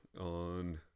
on